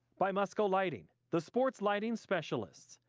by musco lighting, the sports lighting specialist,